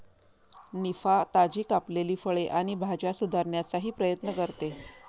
निफा, ताजी कापलेली फळे आणि भाज्या सुधारण्याचाही प्रयत्न करते